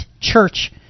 church